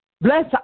Bless